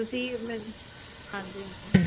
ਤੁਸੀਂ ਮ ਹਾਂਜੀ ਹਾਂਜੀ